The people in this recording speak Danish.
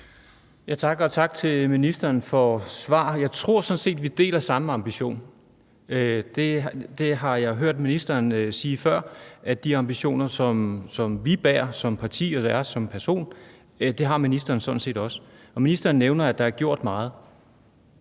(V): Tak, og tak til ministeren for svaret. Jeg tror sådan set, vi deler samme ambition. Det har jeg hørt ministeren sige før, nemlig at de ambitioner, vi har som parti, og som jeg har som person, har ministeren sådan set også. Ministeren nævner, at der er gjort meget,